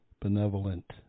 benevolent